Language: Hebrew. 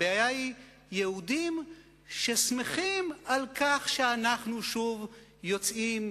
הבעיה היא יהודים ששמחים על כך שאנחנו שוב יוצאים